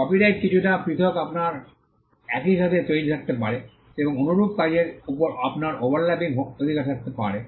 copyright কিছুটা পৃথক আপনার একইসাথে তৈরি থাকতে পারে এবং অনুরূপ কাজের উপর আপনার ওভারল্যাপিং অধিকার পেতে পারে